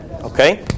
okay